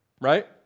right